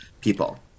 people